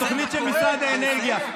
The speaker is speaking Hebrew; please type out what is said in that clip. תוכנית של משרד האנרגיה.